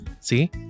See